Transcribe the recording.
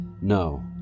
No